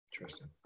Interesting